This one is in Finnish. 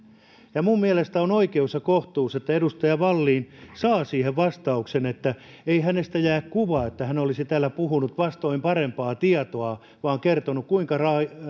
ja minun mielestäni on oikeus ja kohtuus että edustaja wallin saa siihen vastauksen että ei hänestä jää kuvaa että hän olisi täällä puhunut vastoin parempaa tietoa vaan kertonut kuinka